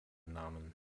namen